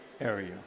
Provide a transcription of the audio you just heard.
Area